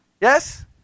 Yes